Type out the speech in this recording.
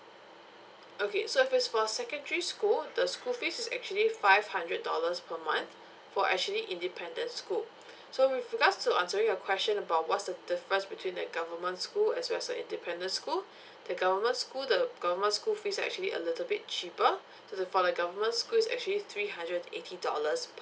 okay so if it's for secondary school the school fees is actually five hundred dollars per month for actually independent school so with regards to answering your question about what's the difference between the government school as well as the independent school the government school the government school fees are actually a little bit cheaper so the for the government school is actually three hundred and eighty dollars per